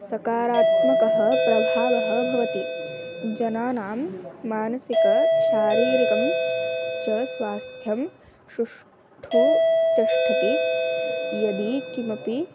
सकारात्मकः प्रभावः भवति जनानां मानसिकशारीरिकं च स्वास्थ्यं सुष्ठु तिष्ठति यदि किमपि